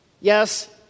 Yes